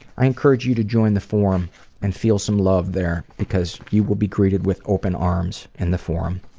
i encourage you to join the forum and feel some love there because you will be greeted with open arms in the forum.